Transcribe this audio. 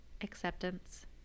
acceptance